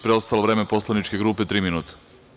Preostalo vreme poslaničke grupe je tri minuta.